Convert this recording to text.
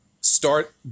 Start